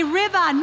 river